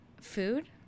food